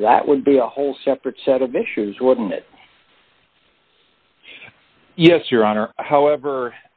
that would be a whole separate set of issues wouldn't it yes your honor however